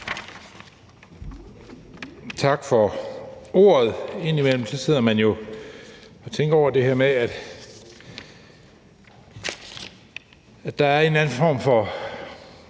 tak for ordet. Indimellem sidder man jo og tænker over det her med, at der er en eller anden form for